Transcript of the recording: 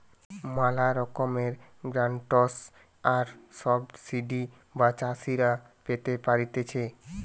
ম্যালা রকমের গ্রান্টস আর সাবসিডি সব চাষীরা পেতে পারতিছে